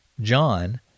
John